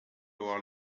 avoir